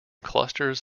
clusters